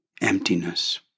emptiness